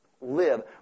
Live